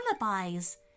lullabies